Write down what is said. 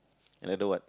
another what